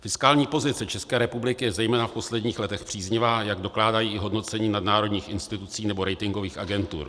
Fiskální pozice České republiky je zejména v posledních letech příznivá, jak dokládají i hodnocení nadnárodních institucí nebo ratingových agentur.